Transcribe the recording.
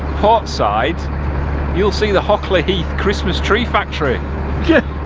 portside. you'll see the hockley heath christmas tree factory